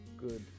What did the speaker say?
good